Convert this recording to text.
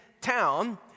town